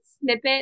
snippet